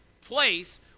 place